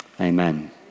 Amen